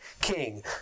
king